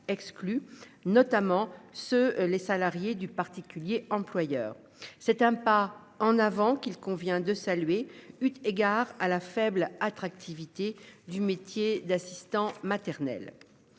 notamment ce les salariés du particulier employeur. C'est un pas en avant qu'il convient de saluer, eu égard à la faible attractivité du métier d'assistants maternels.